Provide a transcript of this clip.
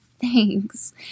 thanks